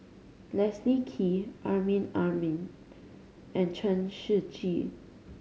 Leslie Kee Amrin Amin and Chen Shiji